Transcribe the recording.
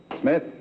Smith